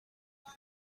ati